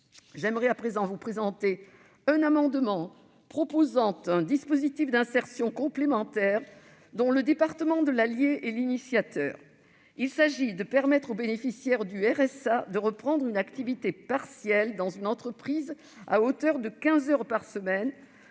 Je souhaite à présent vous présenter un amendement tendant à proposer un dispositif d'insertion complémentaire, dont le département de l'Allier est l'initiateur. Il s'agit de permettre aux bénéficiaires du RSA de reprendre une activité partielle dans une entreprise, à hauteur de 15 heures par semaines,